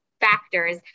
factors